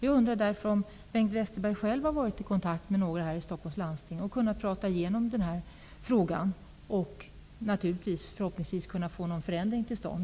Jag undrar därför om Bengt Westerberg själv har varit i kontakt med några ledamöter i Stockholms läns landsting och kunnat prata igenom den här frågan och förhoppningsvis kunnat få någon förändring till stånd.